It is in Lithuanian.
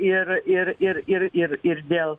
ir ir ir ir ir ir dėl